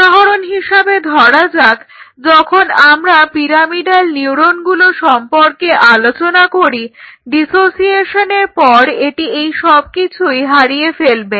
উদাহরণ হিসেবে ধরা যাক যখন আমরা পিরামিডাল নিউরনগুলো সম্পর্কে আলোচনা করি ডিসোসিয়েশনের পর এটি এই সবকিছুই হারিয়ে ফেলবে